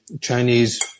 Chinese